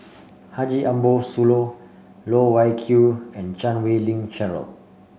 Haji Ambo Sooloh Loh Wai Kiew and Chan Wei Ling Cheryl